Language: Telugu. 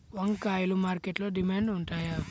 వంకాయలు మార్కెట్లో డిమాండ్ ఉంటాయా?